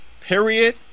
Period